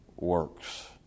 works